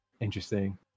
interesting